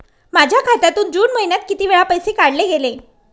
माझ्या खात्यातून जून महिन्यात किती वेळा पैसे काढले गेले?